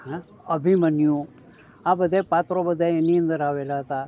હા અભિમન્યુ આ બધાંય પાત્રો બધાંય એની અંદર આવેલાં હતાં